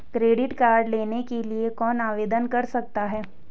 Credit card लेने के लिए कौन आवेदन कर सकता है?